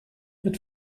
wird